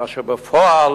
כאשר בפועל